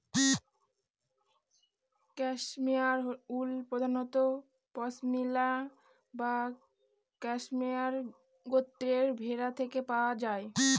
cashmere wool প্রধানত পসমিনা বা cashmere গোত্রের ভেড়া থেকে পাওয়া যায়